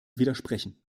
widersprechen